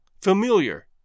familiar